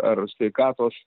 ar sveikatos